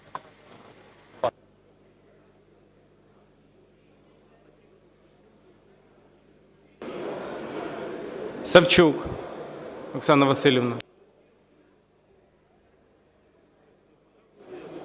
Савчук Оксана Василівна.